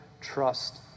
trust